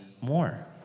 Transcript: more